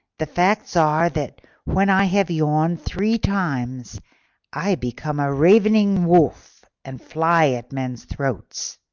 the facts are that when i have yawned three times i become a ravening wolf and fly at men's throats.